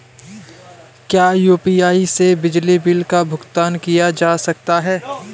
क्या यू.पी.आई से बिजली बिल का भुगतान किया जा सकता है?